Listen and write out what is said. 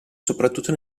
soprattutto